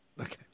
Okay